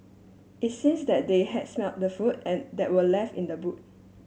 it seems that they had smelt the food and that were left in the boot